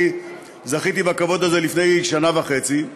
אני זכיתי בכבוד הזה לפני שנה וחצי,